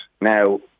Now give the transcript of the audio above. Now